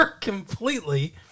completely